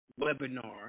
webinar